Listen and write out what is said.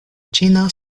ĉina